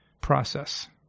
process